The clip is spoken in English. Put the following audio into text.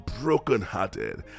brokenhearted